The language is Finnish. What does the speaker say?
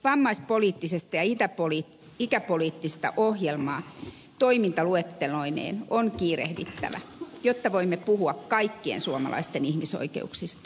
vammaispoliittista ja ikäpoliittista ohjelmaa toimintaluetteloineen on kiirehdittävä jotta voimme puhua kaikkien suomalaisten ihmisoikeuksista